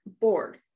board